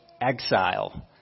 exile